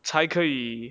才可以